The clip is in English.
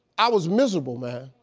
i was miserable man.